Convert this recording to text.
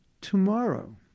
tomorrow